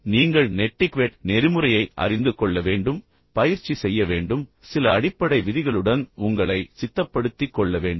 எனவே நீங்கள் நெட்டிக்வெட் நெறிமுறையை அறிந்து கொள்ள வேண்டும் நீங்கள் பயிற்சி செய்ய வேண்டும் சில அடிப்படை விதிகளுடன் உங்களை சித்தப்படுத்திக் கொள்ள வேண்டும்